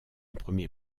premier